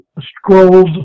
scrolls